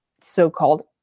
so-called